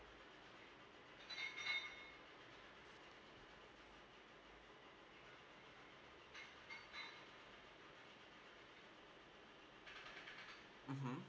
mmhmm